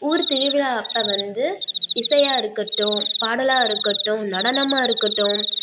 ஊர் திருவிழா அப்போ வந்து இசையாக இருக்கட்டும் பாடலாக இருக்கட்டும் நடனமாக இருக்கட்டும்